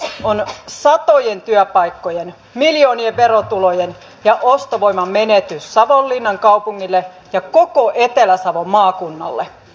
lakkautuspäätös on satojen työpaikkojen miljoonien verotulojen sekä ostovoiman menetys savonlinnan kaupungille ja koko etelä savon maakunnalle